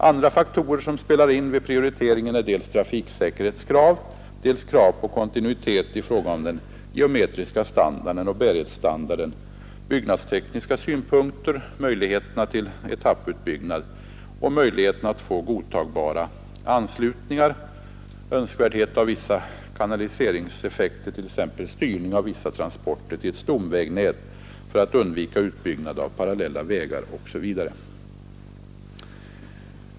Andra faktorer som spelar in vid prioriteringen är trafiksäkerhetskrav, krav på kontinuitet i fråga om den geometriska standarden och bärighetsstandarden, byggnadstekniska synpunkter, möjligheterna till etapputbyggnad och möjligheterna att få godtagbara anslutningar, önskvärdheten av vissa kanaliseringseffekter, t.ex. styrning av vissa transporter till ett stomvägnät för att undvika utbyggnad av parallella vägar, osv.